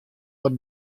wat